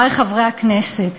חברי חברי הכנסת,